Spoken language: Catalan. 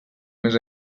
més